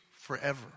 forever